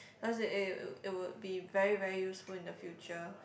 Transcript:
cause it it it would be very very useful in the future